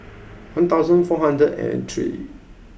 one thousand four hundred and three